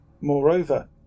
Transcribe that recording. Moreover